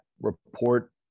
report